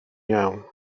iawn